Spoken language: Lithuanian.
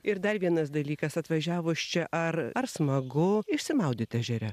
ir dar vienas dalykas atvažiavus čia ar ar smagu išsimaudyti ežere